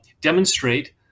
demonstrate